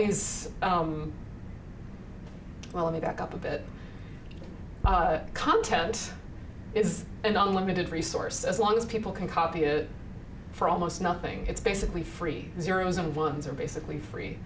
these well let me back up a bit content is and unlimited resource as long as people can copy it for almost nothing it's basically free zeros and ones are basically free